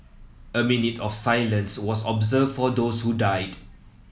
a minute of silence was observed for those who died